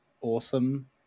awesome